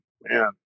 man